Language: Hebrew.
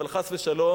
אבל חס ושלום,